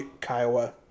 Kiowa